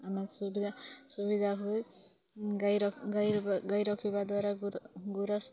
ଆମେ ସୁବିଧା ସୁବିଧା ହୁଏ ଗାଈର ଗାଈ ଗାଈ ରଖିବାଦ୍ୱାରା ଗୁରସ୍